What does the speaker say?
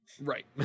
right